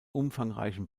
umfangreichen